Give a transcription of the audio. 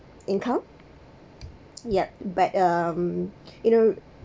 income ya but um you know